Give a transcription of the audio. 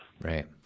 right